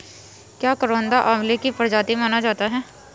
क्या करौंदा आंवले की प्रजाति माना जाता है?